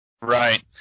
Right